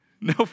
No